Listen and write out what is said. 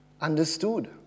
understood